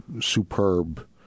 superb